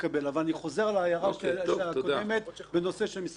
אבל אני חוזר על ההערה בנושא משרד החקלאות.